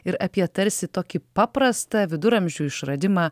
ir apie tarsi tokį paprastą viduramžių išradimą